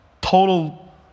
Total